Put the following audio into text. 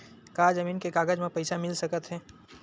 का जमीन के कागज म पईसा मिल सकत हे?